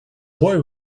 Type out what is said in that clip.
boy